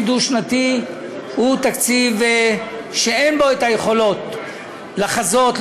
דו-שנתי הוא תקציב שאין בו יכולת לחזות,